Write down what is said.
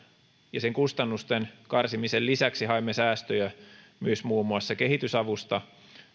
ja sen kustannusten karsimisen lisäksi haemme säästöjä myös muun muassa kehitysavusta